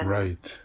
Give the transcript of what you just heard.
right